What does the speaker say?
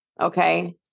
okay